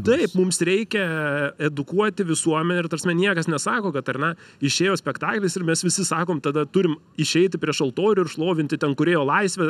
taip mums reikia edukuoti visuomenę ir ta prasme niekas nesako kad ar ne išėjo spektaklis ir mes visi sakom tada turim išeiti prieš altorių ir šlovinti ten kūrėjo laisvę